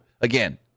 again